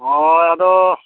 ᱦᱳᱭ ᱟᱫᱚ